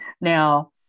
Now